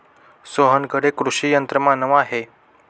सोहनकडे कृषी यंत्रमानव आहे